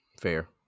Fair